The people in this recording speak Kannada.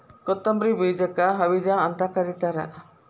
ಕೊತ್ತಂಬ್ರಿ ಬೇಜಕ್ಕ ಹವಿಜಾ ಅಂತ ಕರಿತಾರ